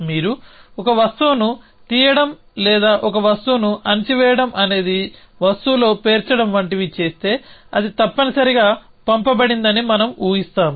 మీరు ఒక వస్తువును తీయడం లేదా ఒక వస్తువును అణచివేయడం అనేది వస్తువులో పేర్చడం వంటివి చేస్తే అది తప్పనిసరిగా పంపబడిందని మనం ఊహిస్తాము